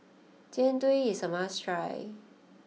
Jian Dui is a must try